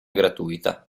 gratuita